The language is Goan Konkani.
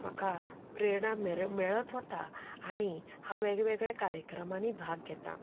म्हाका प्रेरणा मेर मेळत वता आनी हांव वेगळ्यावेगळ्या कार्यक्रमांनी भाग घेतां